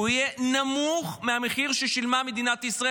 יהיה נמוך מהמחיר ששילמה מדינת ישראל